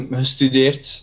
gestudeerd